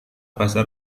bahasa